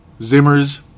Zimmers